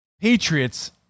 Patriots